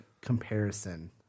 comparison